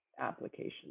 applications